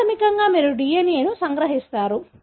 కాబట్టి ప్రాథమికంగా మీరు DNA ను సంగ్రహిస్తారు